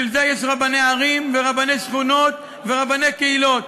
בשביל זה יש רבני ערים, רבני שכונות ורבני קהילות.